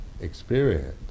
experience